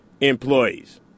employees